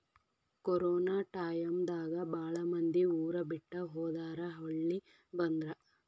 corona time ದಾಗ ಬಾಳ ಮಂದಿ ಊರ ಬಿಟ್ಟ ಹೊದಾರ ಹೊಳ್ಳಿ ಬಂದ್ರ